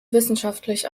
wissenschaftlich